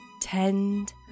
tend